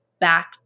back